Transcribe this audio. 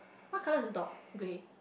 what colour is the dog grey